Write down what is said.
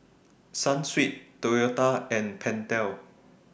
Sunsweet Toyota and Pentel